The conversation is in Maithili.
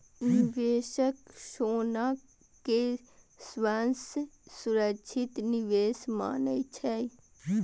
निवेशक सोना कें सबसं सुरक्षित निवेश मानै छै